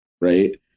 Right